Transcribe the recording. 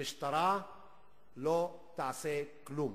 המשטרה לא תעשה כלום.